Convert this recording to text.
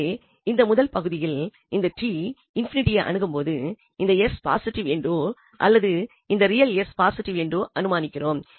எனவே இந்த முதல் பகுதியில் இந்த t ∞ ஐ அணுகும்போது இந்த s பாசிட்டிவ் என்றோ அல்லது இந்த ரியல் s பாசிட்டிவ் என்றோ அனுமானிக்கிறோம்